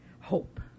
hope